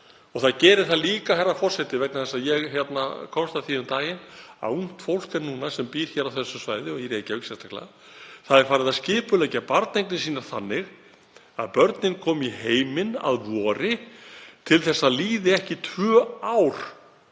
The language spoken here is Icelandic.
Það gerir það líka, herra forseti, vegna þess að ég komst að því um daginn að ungt fólk sem býr á þessu svæði og í Reykjavík sérstaklega er farið að skipuleggja barneignir sínar þannig að börnin komi í heiminn að vori til þess að það líði ekki tvö ár